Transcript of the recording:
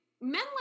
Men